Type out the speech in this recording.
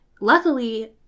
Luckily